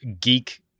geek